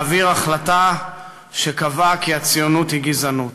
להעביר החלטה שקבעה כי הציונות היא גזענות.